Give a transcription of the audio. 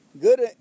Good